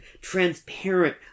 transparent